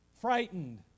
frightened